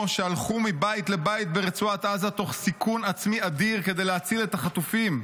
שהלכו מבית לבית ברצועת עזה תוך סיכון עצמי אדיר כדי להציל את החטופים,